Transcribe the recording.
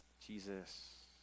Jesus